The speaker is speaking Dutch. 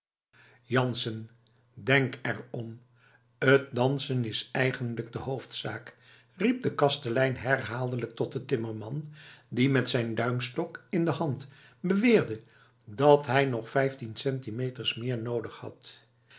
jansen denk er om t dansen is eigenlijk de hoofdzaak riep de kastelein herhaaldelijk tot den timmerman die met zijn duimstok in de hand beweerde dat hij nog vijftig centimeters meer noodig had